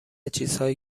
چیزهایی